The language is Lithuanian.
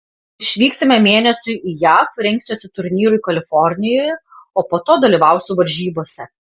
išvyksime mėnesiui į jav rengsiuosi turnyrui kalifornijoje o po to dalyvausiu varžybose